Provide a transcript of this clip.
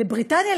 בבריטניה,